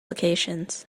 locations